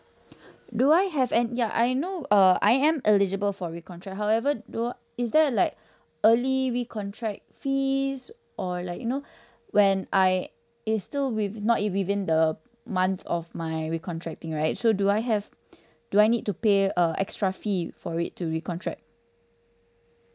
do I have and ya I know uh I am eligible for recontract however though is there a like early recontract fees or like you know when uh I is still with not if within the month of my recontract thing right so do I have do I need to pay a extra fee for it to recontract